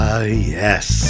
yes